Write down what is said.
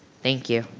thank you.